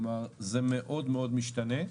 כלומר, זה מאוד מאוד משתנה.